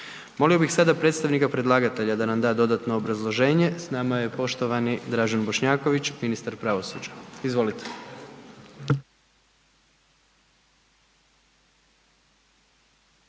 Molio bih sada predstavnika predlagatelja da nam da dodatno obrazloženje, s nama je poštovani Dražen Bošnjaković ministar pravosuđa. Izvolite.